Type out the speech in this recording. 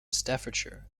staffordshire